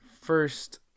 first